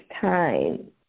time